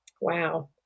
Wow